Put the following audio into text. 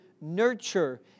nurture